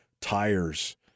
tires